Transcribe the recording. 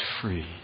free